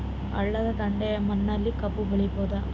ಹಳ್ಳದ ದಂಡೆಯ ಮಣ್ಣಲ್ಲಿ ಕಬ್ಬು ಬೆಳಿಬೋದ?